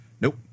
Nope